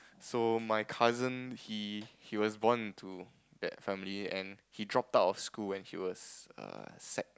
so my cousin he he was born into that family and he dropped out of school when he was uh sec